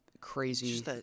crazy